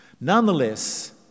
Nonetheless